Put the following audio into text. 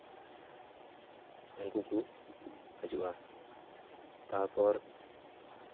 ᱩᱱᱠᱩ ᱠᱚ ᱦᱟᱹᱡᱩᱜᱼᱟ ᱛᱟᱯᱚᱨ